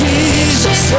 Jesus